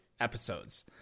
episodes